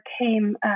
came